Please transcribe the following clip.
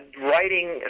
writing